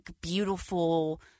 beautiful